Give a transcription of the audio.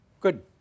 Good